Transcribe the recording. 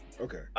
Okay